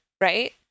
right